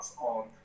on